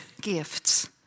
gifts